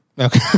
Okay